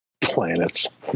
Planets